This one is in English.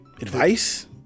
Advice